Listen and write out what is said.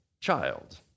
child